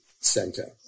center